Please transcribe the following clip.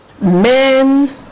men